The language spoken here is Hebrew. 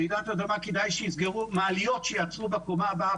ברעידות אדמה כדאי שיסגרו מעליות שיעצרו בקומה הבאה,